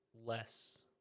less